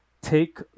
take